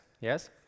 yes